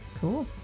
Cool